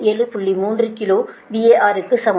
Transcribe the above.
3 கிலோ VAR க்கு சமம்